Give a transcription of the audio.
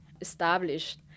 established